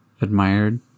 admired